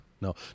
No